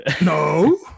No